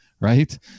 right